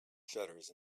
shutters